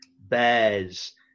bears